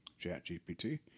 ChatGPT